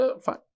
fine